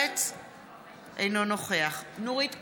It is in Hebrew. אינו נוכח נורית קורן,